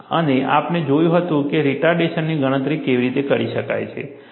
અને આપણે જોયું હતું કે રિટર્ડેશનની ગણતરી કેવી રીતે કરી શકાય છે